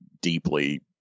deeply